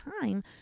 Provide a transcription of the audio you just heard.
time